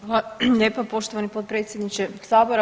Hvala lijepa poštovani potpredsjedniče sabor.